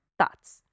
thoughts